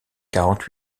quarante